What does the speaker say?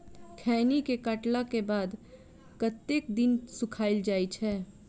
खैनी केँ काटला केँ बाद कतेक दिन सुखाइल जाय छैय?